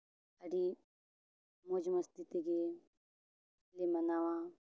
ᱟᱹᱰᱤ ᱢᱚᱡᱽ ᱢᱚᱥᱛᱤ ᱛᱮᱜᱮ ᱞᱮ ᱢᱟᱱᱟᱣᱟ